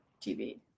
TV